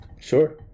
sure